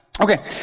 Okay